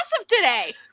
today